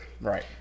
right